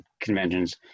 conventions